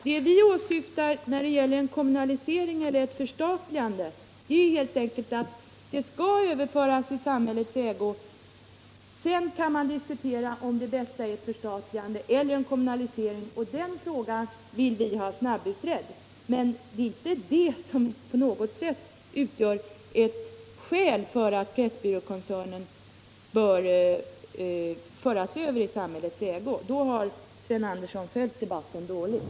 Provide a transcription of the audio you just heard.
Vad vi åsyftar med kommunalisering eller förstatligande är helt enkelt att verksamheten skall överföras i samhällets ägo, men sedan kan man diskutera om det skall bli ett förstatligande eller en kommunalisering. Den frågan vill vi ha snabbutredd. Men det förhållandet att kioskerna ligger på järnvägens mark utgör inte ett skäl för att Pressbyråkoncernen bör föras över i samhällets ägo. Om Sven Andersson tror det har han följt debatten dåligt.